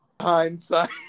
hindsight